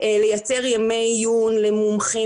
ממש אני חושבת זה היה יום לפני שנקבע מועד הישיבה,